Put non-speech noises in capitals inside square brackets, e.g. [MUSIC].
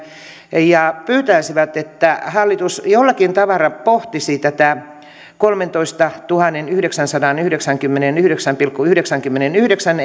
ja pyytäisivät että hallitus jollakin tavalla pohtisi tätä kolmentoistatuhannenyhdeksänsadanyhdeksänkymmenenyhdeksän pilkku yhdeksänkymmenenyhdeksän [UNINTELLIGIBLE]